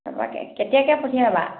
তাৰপৰা কেতিয়াকৈ পঠিয়াবা